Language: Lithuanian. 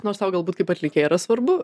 nors tau galbūt kaip atlikėjai yra svarbu